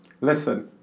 Listen